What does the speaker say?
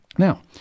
Now